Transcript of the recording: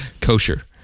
kosher